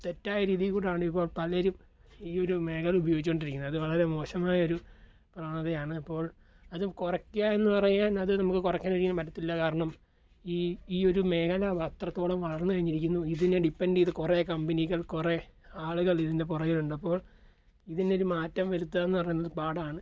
തെറ്റായ രീതി കൂടിയാണിപ്പോൾ പലരും ഈ ഒരു മേഖല ഉപയോഗിച്ചു കൊണ്ടിരിക്കുന്നത് അതു വളരെ മോശമായൊരു പ്രവണതയാണ് അപ്പോൾ അത് കുറക്കുക എന്നു പറയുക കുറക്കാൻ ഒരിക്കലും പറ്റത്തില്ല കാരണം ഈ ഒരു മേഖല അത്രത്തോളം വളർന്നു കഴിഞ്ഞിരിക്കുന്നു ഇതിനെ ഡിപെൻഡ് ചെയ്തു കുറെ കമ്പനികൾ കുറെ ആളുകൾ ഇതിനു പുറകെ ഉണ്ട് അപ്പോൾ ഇതിനൊരു മാറ്റം വരുത്തുക എന്നു പറയുന്നത് പാടാണ്